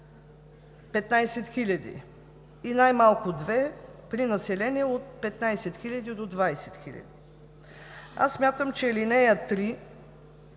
15 000 и най-малко две при население от 15 000 до 20 000“. Смятам, че ал. 3